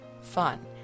fun